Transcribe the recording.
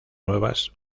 nuevas